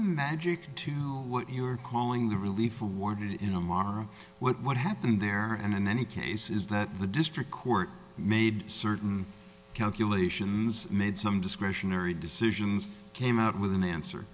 magic to what you are calling the relief awarded him on what what happened there and in any case is that the district court made certain calculations made some discretionary decisions came out with an answer